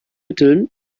mitteln